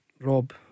Rob